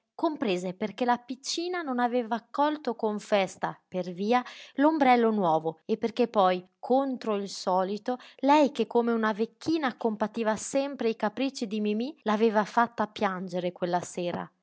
comprese perché la piccina non aveva accolto con festa per via l'ombrello nuovo e perché poi contro il solito lei che come una vecchina compativa sempre i capricci di mimí l'aveva fatta piangere quella sera